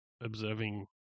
observing